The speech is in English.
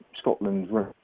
Scotland